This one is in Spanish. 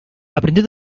aprendió